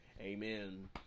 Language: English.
Amen